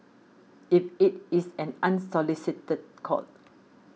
if it is an unsolicited call